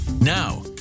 Now